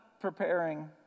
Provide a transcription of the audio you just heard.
preparing